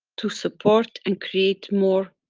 to support and create more